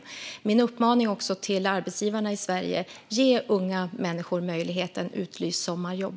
Jag har också en uppmaning till arbetsgivarna i Sverige: Ge unga människor möjligheten - utlys sommarjobb!